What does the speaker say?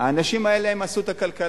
האנשים האלה, הם עשו את הכלכלה,